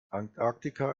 antarktika